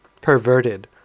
perverted